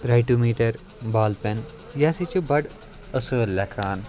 ریٹو metre بال پٮ۪ن یہِ ہَسا چھِ بَڑٕ اَصۭل لٮ۪کھان